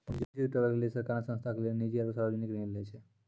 पुन्जी जुटावे के लेली सरकार ने संस्था के लेली निजी आरू सर्वजनिक ऋण लै छै